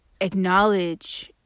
acknowledge